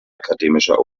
akademischer